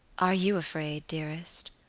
are you afraid, dearest?